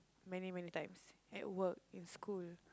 many many times at work in school